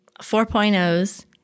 4.0s